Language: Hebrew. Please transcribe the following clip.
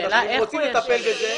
אם רוצים לטפל בזה,